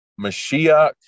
Mashiach